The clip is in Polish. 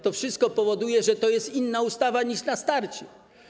To wszystko powoduje, że to jest inna ustawa niż na starcie.